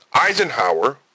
Eisenhower